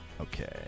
okay